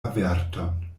averton